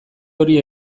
hori